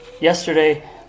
Yesterday